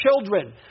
children